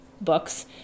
books